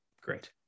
great